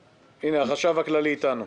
החשב הכללי אתנו.